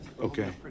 Okay